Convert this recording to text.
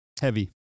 Heavy